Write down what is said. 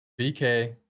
BK